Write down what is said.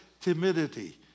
timidity